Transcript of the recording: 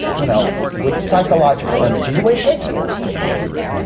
you know, with psychological energy, the way shakespeare's stage is.